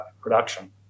production